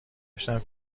داشتم